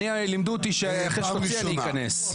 לימדו אותי שאחרי שתוציא אני אכנס.